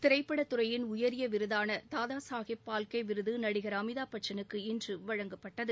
திரைப்படத் துறையின் உயரிய விருதான தாதா சாஹேப் பால்கே விருது பிரபல திரைப்பட நடிகர் அமிதாப் பச்சனுக்கு இன்று வழங்கப்பட்டது